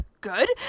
good